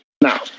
Now